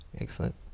Excellent